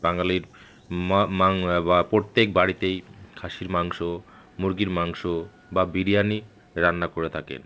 বাঙালির বা প্রত্যেক বাড়িতেই খাসির মাংস মুরগির মাংস বা বিরিয়ানি রান্না করে থাকেন